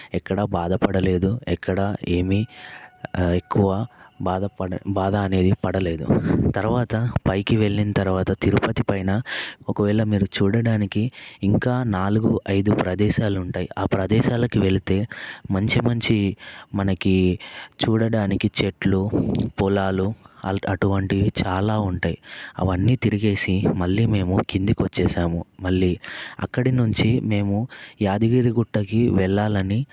ఎక్కడ బాధపడలేదు ఎక్కడ ఏమి ఎక్కువ బాధ పడ బాధ అనేది పడలేదు తర్వాత పైకి వెళ్ళిన తర్వాత తిరుపతి పైన ఒకవేళ మీరు చూడడానికి ఇంకా నాలుగు ఐదు ప్రదేశాలు ఉంటాయి ఆ ప్రదేశాలకు వెళితే మంచి మంచి మనకి చూడడానికి చెట్లు పొలాలు అటువంటివి చాలా ఉంటాయి అవన్నీ తిరిగేసి మళ్ళీ మేము కిందికి వచ్చేసాము మళ్ళీ అక్కడి నుంచి మేము యాదగిరిగుట్టకి వెళ్ళాలని